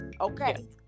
Okay